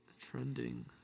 trending